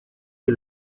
que